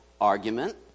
argument